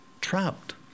Trapped